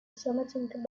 something